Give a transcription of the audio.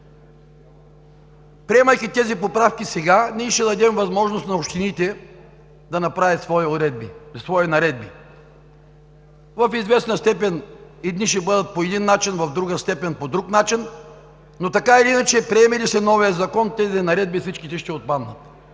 приемайки тези поправки сега, ние ще дадем възможност на общините да направят свои наредби. В известна степен едни ще бъдат по един начин, в друга степен – по друг начин, но така или иначе приеме ли се новият закон, тези наредби всичките ще отпаднат,